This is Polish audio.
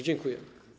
Dziękuję.